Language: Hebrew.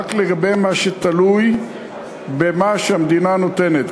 רק לגבי מה שתלוי במה שהמדינה נותנת.